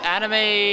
Anime